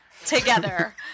Together